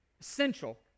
Essential